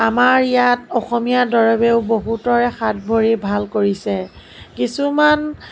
আমাৰ ইয়াত অসমীয়া দৰৱেও বহুতৰে হাত ভৰি ভাল কৰিছে কিছুমান